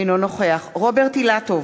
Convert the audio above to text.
אינו נוכח רוברט אילטוב,